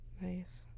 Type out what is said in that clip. nice